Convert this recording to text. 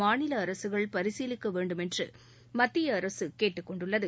மாநில அரசுகள் பரிசீலிக்க வேண்டும் என்று மத்திய அரசு கேட்டுக் கொண்டுள்ளது